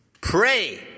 pray